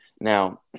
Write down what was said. Now